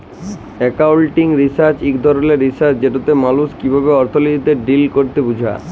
accounting research ইক ধরলের research যেটতে মালুস কিভাবে অথ্থলিতিতে ডিল ক্যরে বুঝা